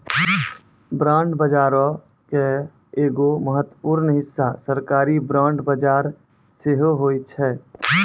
bond बजारो के एगो महत्वपूर्ण हिस्सा सरकारी बांड बजार सेहो होय छै